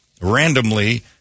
randomly